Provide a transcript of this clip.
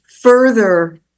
further